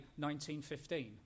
1915